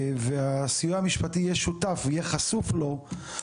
הסיוע המשפטי יהיה שותף ויהיה חשוף לו,